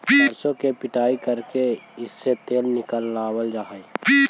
सरसों की पिड़ाई करके इससे तेल निकावाल जा हई